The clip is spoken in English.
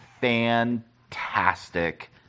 fantastic